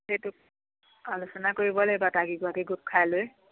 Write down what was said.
সেইটো আলোচনা কৰিব লাগিব কালি গৰাকী গোট খাই লৈ